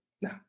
No